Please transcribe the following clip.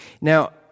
Now